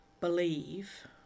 believe